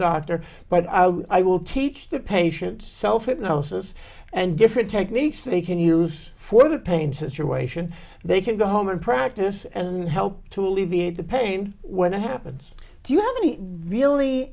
doctor but i will teach the patient self hypnosis and different techniques they can use for the pain situation they can go home and practice and help to alleviate the pain when it happens do you